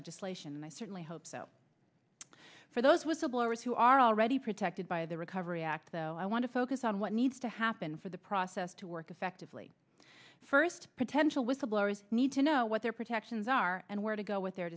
legislation and i certainly hope so for those whistleblowers who are already protected by the recovery act though i want to focus on what needs to happen for the process to work effectively first potential whistleblowers need to know what their protections are and where to go with their